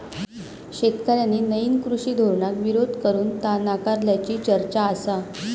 शेतकऱ्यांनी नईन कृषी धोरणाक विरोध करून ता नाकारल्याची चर्चा आसा